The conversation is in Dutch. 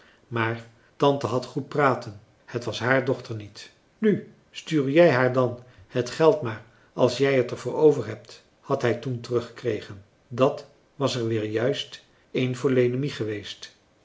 maar tante had goed praten het was hààr dochter niet nu stuur jij haar dan het geld maar als jij het er voor over hebt had hij toen terugfrançois haverschmidt familie en kennissen gekregen dat was er weer juist een voor lenemie geweest